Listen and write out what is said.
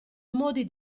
modi